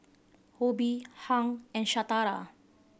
Obie Hank and Shatara